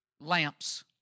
lamps